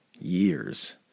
years